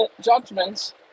Judgments